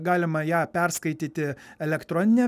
galima ją perskaityti elektroninę